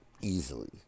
easily